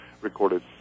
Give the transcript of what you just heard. recorded